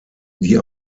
die